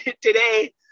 Today